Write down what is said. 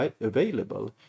available